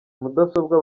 mudasobwa